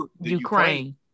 Ukraine